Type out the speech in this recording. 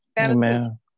Amen